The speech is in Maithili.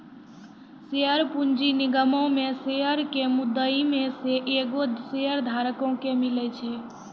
शेयर पूंजी निगमो मे शेयरो के मुद्दइ मे से एगो शेयरधारको के मिले छै